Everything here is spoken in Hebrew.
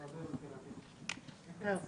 היום